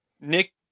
Nick